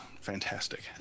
fantastic